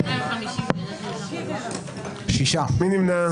מי נמנע?